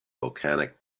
volcanic